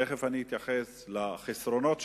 תיכף אתייחס לחסרונות שלה,